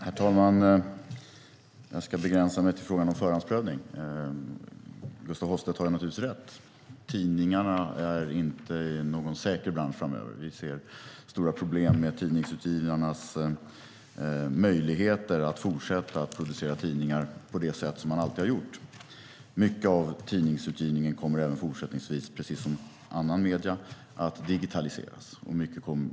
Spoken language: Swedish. Herr talman! Jag ska begränsa mig till frågan om förhandsprövning. Gustaf Hoffstedt har naturligtvis rätt: Tidningarna är inte någon säker bransch framöver. Vi ser stora problem med tidningsutgivarnas möjligheter att fortsätta producera tidningar på det sätt man alltid har gjort. Mycket av tidningsutgivningen kommer fortsättningsvis, precis som andra medier, att digitaliseras.